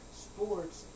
sports